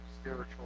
spiritual